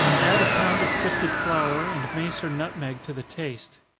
add a pound of sifted flour, and mace or nutmeg to the taste.